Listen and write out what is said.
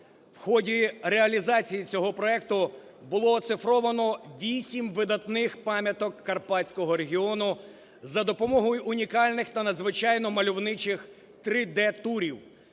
В ході реалізації цього проекту булооцифровано вісім видатних пам'яток Карпатського регіону за допомогою унікальних та надзвичайно мальовничих 3D-турів.